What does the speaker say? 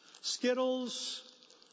Skittles